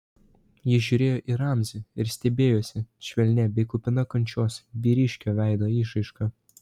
ji žiūrėjo į ramzį ir stebėjosi švelnia bei kupina kančios vyriškio veido išraiška